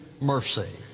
mercy